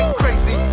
crazy